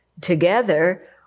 together